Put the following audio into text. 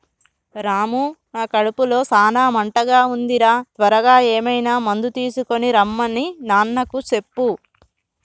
రాము నా కడుపులో సాన మంటగా ఉంది రా త్వరగా ఏమైనా మందు తీసుకొనిరమన్ని నాన్నకు చెప్పు